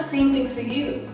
same thing for you.